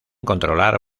controlar